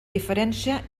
diferència